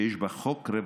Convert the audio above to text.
זה חוק חשוב מאוד.